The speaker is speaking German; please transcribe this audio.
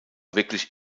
wirklich